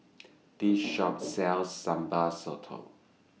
This Shop sells Sambal Sotong